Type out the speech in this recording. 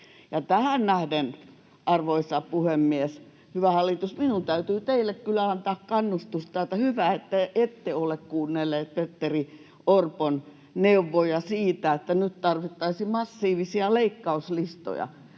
tähän nähden, arvoisa puhemies, hyvä hallitus, minun täytyy teille kyllä antaa kannustusta, että hyvä, että ette ole kuunnelleet Petteri Orpon neuvoja siitä, että nyt tarvittaisiin massiivisia leikkauslistoja.